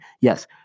Yes